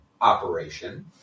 operation